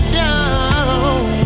down